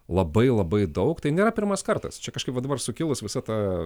labai labai daug tai nėra pirmas kartas čia kažkaip va dabar sukilus visa ta